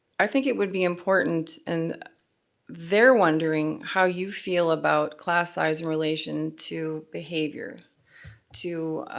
i think it would be important and they're wondering how you feel about class size in relation to behavior to,